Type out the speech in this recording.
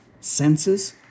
senses